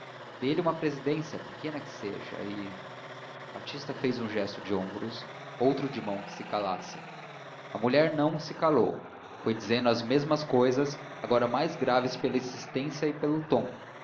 dê-lhe uma presidência pequena que seja e batista fez um gesto de ombros outro de mão que se calasse a mulher não se calou foi dizendo as mesmas cousas agora mais graves pela insistência e pelo tom